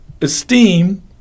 esteem